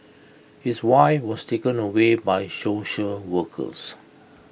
his wife was taken away by social workers